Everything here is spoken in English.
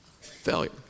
Failure